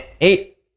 Eight